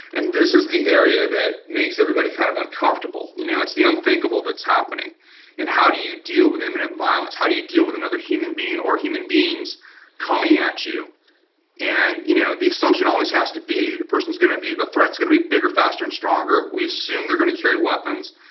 and this is the area that makes everybody kind of uncomfortable. you know it's the unthinkable that's happening and how do you deal with imminent violence? how do you deal with another human being or human beings coming at you and you know, the assumption always has to be the persons going to be, the threats going to be bigger, faster and stronger. we assume they're going to carry weapons,